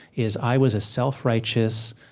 is, i was a self-righteous,